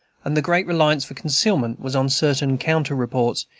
and the great reliance for concealment was on certain counter reports,